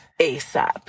ASAP